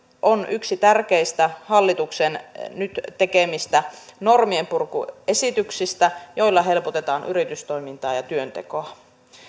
on yksi tärkeistä hallituksen nyt tekemistä normien purkuesityksistä joilla helpotetaan yritystoimintaa ja työntekoa